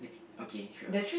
okay sure